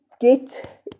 get